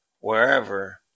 wherever